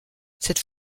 cette